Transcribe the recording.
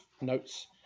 notes